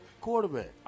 quarterback